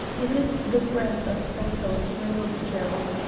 it is the breath of battle to my nostrils.